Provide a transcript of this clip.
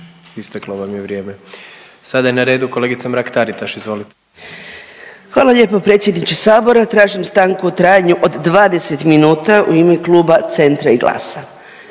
isteklo vam je vrijeme. Sada je na redu kolegica Mrak-Taritaš, izvolite. **Mrak-Taritaš, Anka (GLAS)** Hvala lijepo predsjedniče Sabora. Tražim stanku u trajanju od 20 minuta u ime kluba CENTRA i GLAS-a.